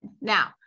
now